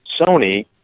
Sony